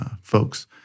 folks